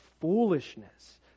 foolishness